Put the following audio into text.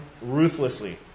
ruthlessly